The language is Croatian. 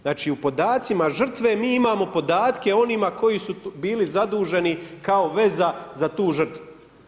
Znači u podacima žrtve mi imamo podatke o onima koji su bili zaduženi kao veza za tu žrtvu.